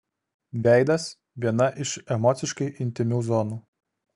veidas viena iš emociškai intymių zonų